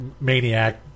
maniac